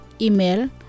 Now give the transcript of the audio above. Email